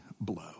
blow